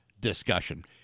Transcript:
discussion